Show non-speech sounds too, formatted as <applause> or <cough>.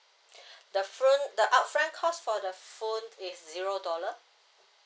<breath> the front the upfront cost for the phone is zero dollar